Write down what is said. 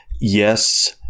yes